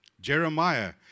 Jeremiah